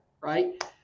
right